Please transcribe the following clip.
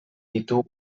ditu